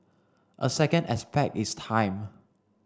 a second aspect is time